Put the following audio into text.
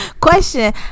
question